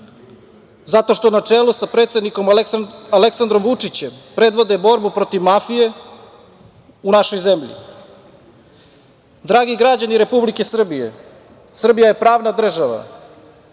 Zato što na čelu sa predsednikom Aleksandrom Vučićem predvode borbu protiv mafije u našoj zemlji. Dragi građani Republike Srbije, Srbija je pravna država